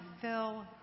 fill